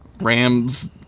Rams